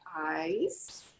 eyes